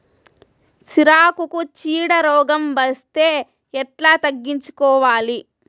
సిరాకుకు చీడ రోగం వస్తే ఎట్లా తగ్గించుకోవాలి?